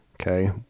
Okay